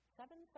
seven